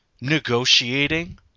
negotiating